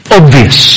obvious